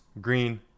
green